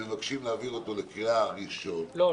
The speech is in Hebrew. מבקשים להעביר אותו לקריאה ראשונה -- לא,